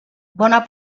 bona